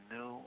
no